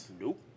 Nope